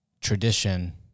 tradition